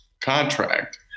contract